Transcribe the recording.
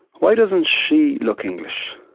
why doesn't she look english?